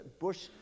Bush